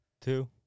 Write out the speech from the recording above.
two